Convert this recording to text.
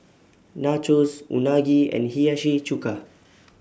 Nachos Unagi and Hiyashi Chuka